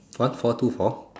one four two four